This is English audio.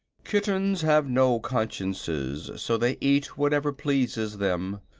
kittens have no consciences, so they eat whatever pleases them.